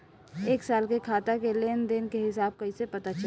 एक साल के खाता के लेन देन के हिसाब कइसे पता चली?